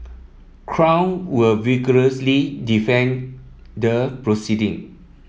crown will vigorously defend the proceeding